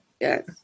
Yes